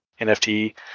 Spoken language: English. nft